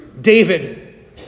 David